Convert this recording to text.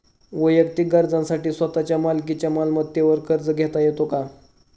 वैयक्तिक गरजांसाठी स्वतःच्या मालकीच्या मालमत्तेवर कर्ज घेता येतो का?